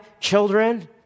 children